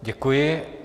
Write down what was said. Děkuji.